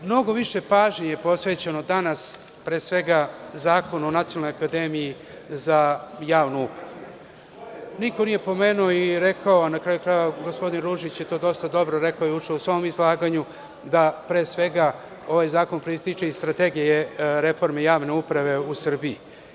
Mnogo više pažnje je posvećeno danas, pre svega, Zakon o Nacionalnoj akademiji, a niko nije pomenuo i rekao, na kraju krajeva i gospodin Ružić je to dosta dobro rekao još u svom izlaganju da ovaj zakon proističe iz Strategije reforme javne uprave u Srbiji.